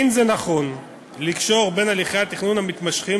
אין זה נכון לקשור הליכי תכנון מתמשכים